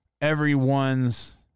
everyone's